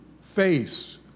face